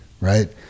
right